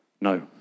no